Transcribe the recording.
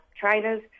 trainers